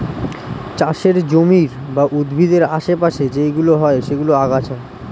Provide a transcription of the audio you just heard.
চাষের জমির বা উদ্ভিদের আশে পাশে যেইগুলো হয় সেইগুলো আগাছা